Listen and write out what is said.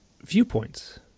viewpoints